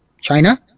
China